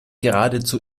geradezu